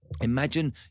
imagine